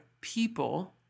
people